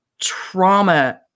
trauma